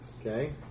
Okay